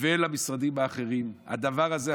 ולמשרדים האחרים: הדבר הזה,